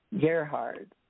Gerhard